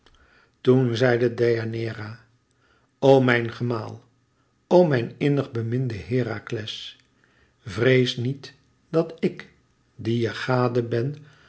toen zeide deianeira o mijn gemaal o mijn innig beminde herakles vrees niet dat ik die je gade ben